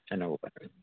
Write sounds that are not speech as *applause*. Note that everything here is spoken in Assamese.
*unintelligible*